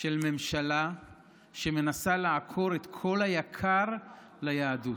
של ממשלה שמנסה לעקור את כל היקר ליהדות.